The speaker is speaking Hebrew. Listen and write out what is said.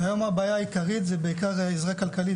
והיום הבעיה העיקרית זה בעיקר עזרה כלכלית.